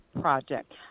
project